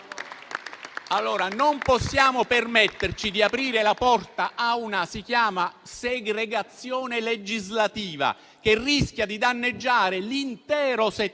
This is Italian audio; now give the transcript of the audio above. Non possiamo permetterci di aprire la porta a una segregazione legislativa che rischia di danneggiare l'intero settore